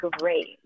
great